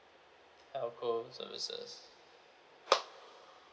telco services